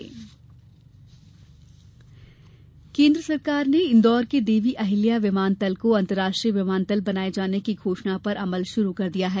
अंतर्राष्ट्रीय विमानतल केन्द्र सरकार ने इंदौर के देवी अहिल्या विमानतल को अंतर्राष्ट्रीय विमानतल बनाये जाने की घोषणा पर अमल शुरू कर दिया है